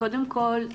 קודם כל,